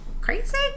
Crazy